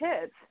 kids